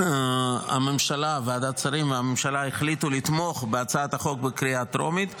הממשלה וועדת השרים החליטו לתמוך בהצעת החוק בקריאה הטרומית,